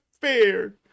fair